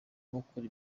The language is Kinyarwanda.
rukora